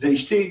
זה אשתי,